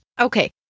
Okay